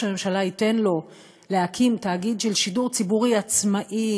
הממשלה ייתן לו להקים תאגיד של שידור ציבורי עצמאי,